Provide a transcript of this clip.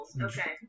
okay